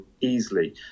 easily